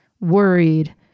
worried